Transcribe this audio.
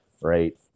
right